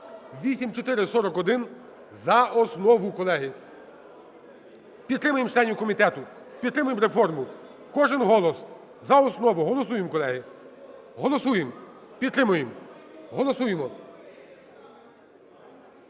(8441) за основу. Колеги, підтримаємо членів комітету, підтримуємо реформу. Кожен голос, за основу голосуємо, колеги, голосуємо, підтримуємо, голосуємо.